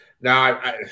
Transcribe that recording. Now